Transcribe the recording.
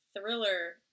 thriller